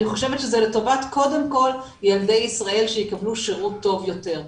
אני חושבת שזה קודם כל לטובת ילדי ישראל שיקבלו שירות טוב יותר.